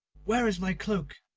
where is my cloak?